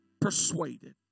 persuaded